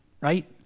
right